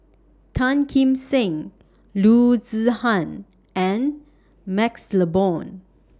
Tan Kim Seng Loo Zihan and MaxLe Blond